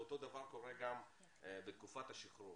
ואותו דבר קורה גם בתקופת השחרור.